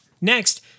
Next